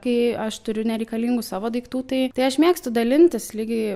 kai aš turiu nereikalingų savo daiktų tai tai aš mėgstu dalintis lygiai